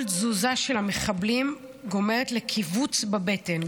כל תזוזה של המחבלים גורמת לכיווץ בבטן,